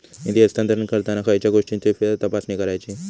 निधी हस्तांतरण करताना खयच्या गोष्टींची फेरतपासणी करायची?